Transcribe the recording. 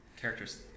characters